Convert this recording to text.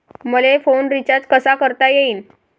मले phone recharge कसा करता येईन?